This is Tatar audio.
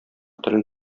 телен